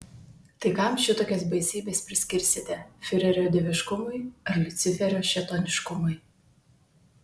tai kam šitokias baisybes priskirsite fiurerio dieviškumui ar liuciferio šėtoniškumui